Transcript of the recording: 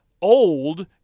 old